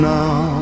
now